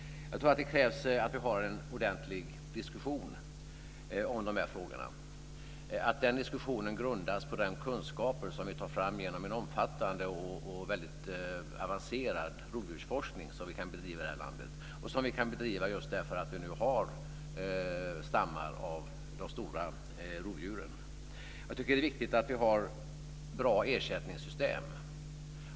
Jag tror att det krävs att vi har en ordentlig diskussion om dessa frågor, att den diskussionen grundas på de kunskaper som vi tar fram genom en omfattande och avancerad rovdjursforskning som vi kan bedriva i det här landet, som vi kan bedriva just därför att vi nu har stammar av de stora rovdjuren. Jag tycker att det är viktigt att vi har bra ersättningssystem.